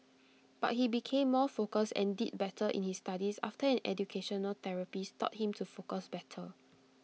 but he became more focused and did better in his studies after an educational therapist taught him to focus better